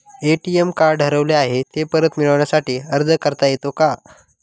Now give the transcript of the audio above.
ATM card हरवले आहे, ते परत मिळण्यासाठी अर्ज करता येतो का?